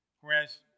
Whereas